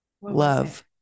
Love